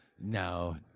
no